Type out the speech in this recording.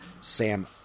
Sam